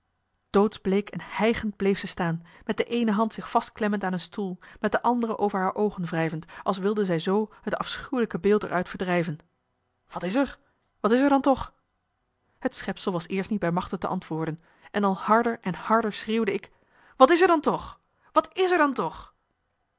doodsbleek en hijgend bleef ze staan met de eene hand zich vastklemmend aan een stoel met de andere over haar oogen wrijvend als wilde zij zoo het afschuwelijke beeld er uit verdrijven wat is er wat is er dan toch het schepsel was eerst niet bij machte te antwoorden en al harder en harder schreeuwde ik wat is er dan wat is er dan toch